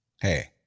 Hey